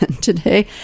Today